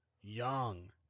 young